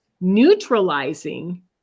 neutralizing